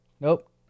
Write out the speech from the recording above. Nope